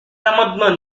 amendements